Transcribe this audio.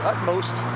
utmost